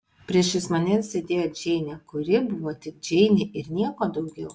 priešais mane sėdėjo džeinė kuri buvo tik džeinė ir nieko daugiau